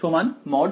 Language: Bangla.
rm r